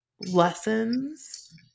lessons